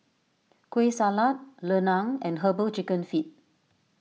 Kueh Salat Lemang and Herbal Chicken Feet